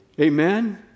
Amen